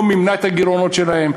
לא מימנה את הגירעונות שלהם.